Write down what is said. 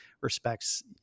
respects